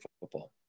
football